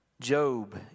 Job